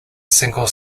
single